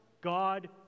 God